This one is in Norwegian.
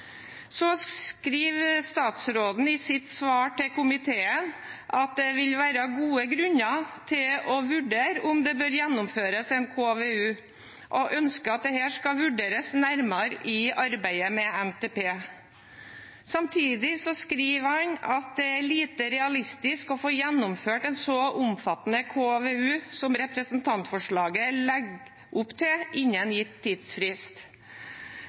skriver i sitt svar til komiteen at det vil være gode grunner til å vurdere om det bør gjennomføres en KVU, og ønsker at dette skal vurderes nærmere i arbeidet med NTP. Samtidig skriver han at det er lite realistisk å få gjennomført en så omfattende KVU som representantforslaget legger opp til, innen gitt tidsfrist.